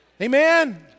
Amen